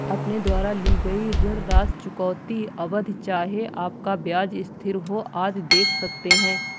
अपने द्वारा ली गई ऋण राशि, चुकौती अवधि, चाहे आपका ब्याज स्थिर हो, आदि देख सकते हैं